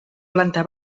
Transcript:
planta